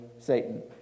Satan